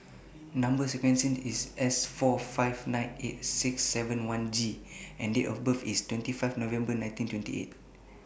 Number sequence IS S four five nine eight six seven one G and Date of birth IS twenty five November nineteen twenty eight